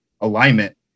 alignment